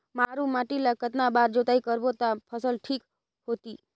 मारू माटी ला कतना बार जुताई करबो ता फसल ठीक होती?